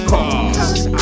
Cause